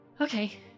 Okay